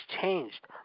changed